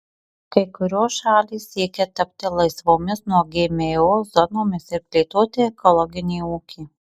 kai kurios šalys siekia tapti laisvomis nuo gmo zonomis ir plėtoti ekologinį ūkį